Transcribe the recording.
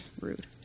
Rude